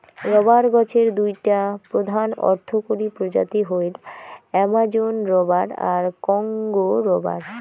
rubber গছের দুইটা প্রধান অর্থকরী প্রজাতি হইল অ্যামাজোন রবার আর কংগো রবার